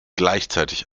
gleichzeitig